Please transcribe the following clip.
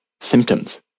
symptoms